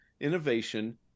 innovation